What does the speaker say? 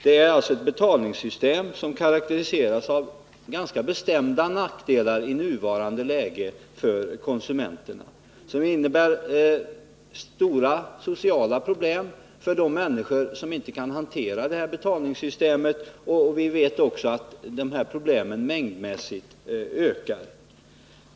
Det är alltså ett betalningssystem som karakteriseras av ganska bestämda nackdelar för konsumenterna i nuvarande läge, som innebär stora sociala problem för de människor som inte kan hantera betalningssystemet. Vi vet också att dessa problem mängdmässigt ökar.